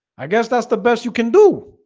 i guess that's the best you can do